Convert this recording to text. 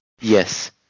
Yes